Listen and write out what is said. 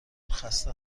خسته